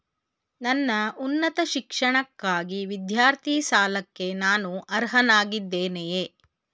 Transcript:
ನನ್ನ ಉನ್ನತ ಶಿಕ್ಷಣಕ್ಕಾಗಿ ವಿದ್ಯಾರ್ಥಿ ಸಾಲಕ್ಕೆ ನಾನು ಅರ್ಹನಾಗಿದ್ದೇನೆಯೇ?